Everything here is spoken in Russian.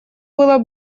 было